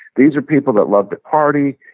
these are people that love to party.